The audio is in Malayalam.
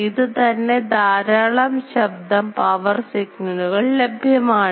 ഇതു തന്നെ ധാരാളം ശബ്ദം പവർ സിഗ്നലുകൾ ലഭ്യമാണ്